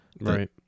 right